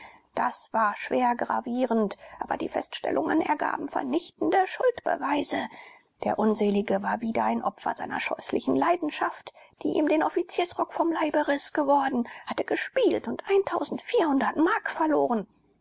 das war schwer gravierend aber die feststellungen ergaben vernichtende schuldbeweise der unselige war wieder ein opfer seiner scheußlichen leidenschaft die ihm den offiziersrock vom leibe riß geworden hatte gespielt und mark verloren